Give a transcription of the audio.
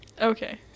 Okay